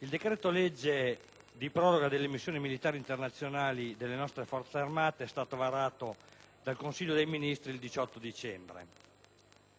il decreto-legge di proroga delle missioni militari internazionali delle nostre Forze armate è stato varato dal Consiglio dei ministri il 18 dicembre;